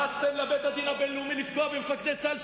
רצתם לבית-הדין הבין-לאומי לפגוע במפקדי צה"ל,